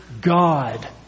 God